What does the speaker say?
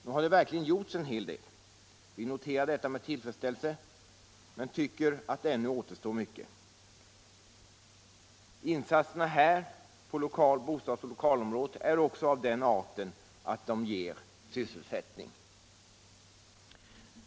Nu har det verkligen gjorts en hel del. Vi noterar detta med tillfredsställelse men tycker att — Energihushållningännu mycket återstår. Insatser på bostadsoch lokalområdet är av den = en, m.m. arten att de ger sysselsättning.